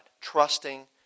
trusting